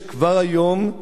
יש כבר היום,